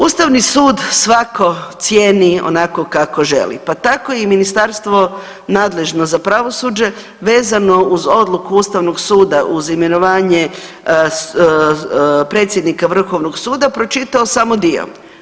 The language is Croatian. Ustavni sud svatko cijeni onako kako želi, pa tako ministarstvo nadležno za pravosuđe vezano uz odluku Ustavnog suda uz imenovanje predsjednika Vrhovnog suda, pročitao samo dio.